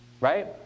Right